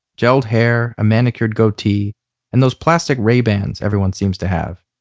gelled hair, a manicured goatee and those plastic raybans everyone seems to have.